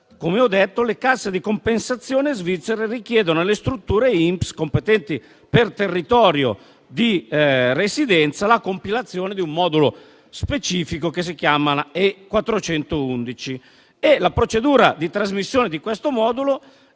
come ho detto - le casse di compensazione svizzere richiedono alle strutture INPS competenti per territorio di residenza la compilazione di un modulo specifico che si chiama E411. E la procedura di trasmissione di questo modulo